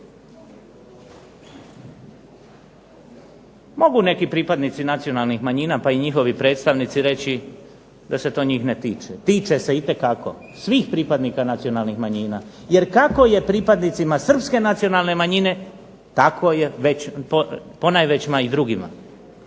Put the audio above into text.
Mogu neki pripadnici nacionalnih manjina, pa i njihovi predstavnici reći da se to njih ne tiče. Tiče se itekako svih pripadnika nacionalnih manjina. Jer kako je pripadnicima srpske nacionalne manjine tako je već ponajveć i drugima.